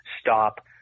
stop